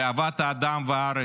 לאהבת האדם והארץ,